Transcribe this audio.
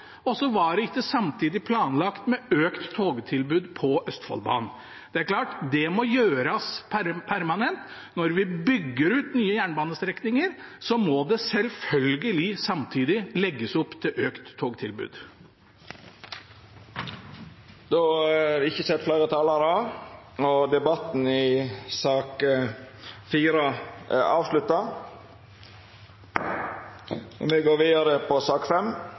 og så er det ikke samtidig planlagt økt togtilbud på Østfoldbanen. Det er klart at det må gjøres permanent – når vi bygger ut nye jernbanestrekninger, må det selvfølgelig samtidig legges opp til økt togtilbud. Fleire har ikkje bedt om ordet til sak nr. 4. Etter ynske frå kontroll- og